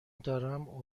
دارم